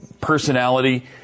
personality